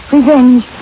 Revenge